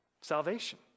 Salvation